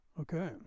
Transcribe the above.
Okay